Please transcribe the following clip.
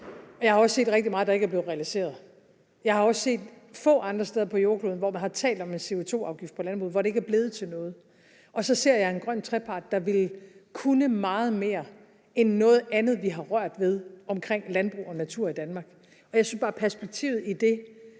jeg har også set rigtig meget, der ikke er blevet realiseret. Jeg har også set nogle få andre steder på jordkloden, hvor man har talt om en CO2-afgift på landbruget, men hvor det ikke er blevet til noget. Så ser jeg en grøn trepart, der vil kunne meget mere end noget andet, vi har rørt ved omkring landbrug og natur i Danmark. Jeg synes bare, at perspektivet i det